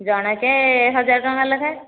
ଜଣ କେ ହଜାର ଟଙ୍କା ଲେଖାଏଁ